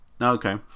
Okay